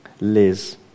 Liz